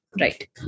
right